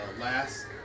last